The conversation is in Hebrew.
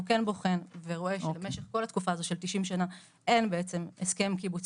הוא כן בוחן ורואה שבמשך כל התקופה הזאת של 90 שנה אין הסכם קיבוצי,